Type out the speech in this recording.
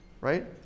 right